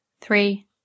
three